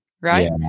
right